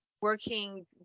working